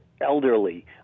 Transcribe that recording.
elderly